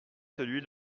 celui